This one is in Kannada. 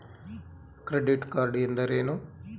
ಕ್ರೆಡಿಟ್ ಕಾರ್ಡ್ ಎಂದರೇನು?